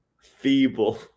Feeble